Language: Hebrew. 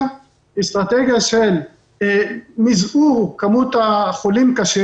היא אסטרטגיה של מזעור כמות החולים קשה.